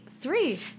Three